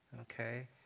Okay